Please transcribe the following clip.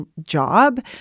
job